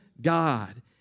god